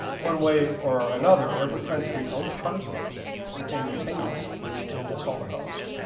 one way or another every country on the continent became entangled in this holocaust.